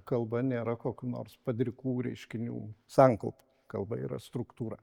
kalba nėra kokių nors padrikų reiškinių sankaupa kalba yra struktūra